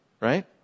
right